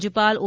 રાજ્યપાલ ઓ